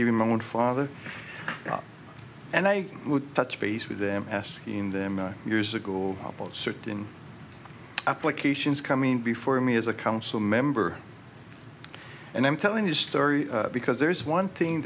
even my own father and i would touch base with them asking them years ago about certain applications coming before me as a council member and i'm telling the story because there is one thing